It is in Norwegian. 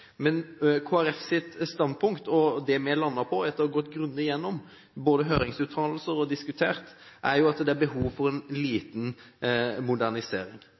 Men Kristelig Folkepartis standpunkt – det vi har landet på, etter å ha gått grundig igjennom høringsuttalelser og diskutert dette – er at det er behov for en liten modernisering.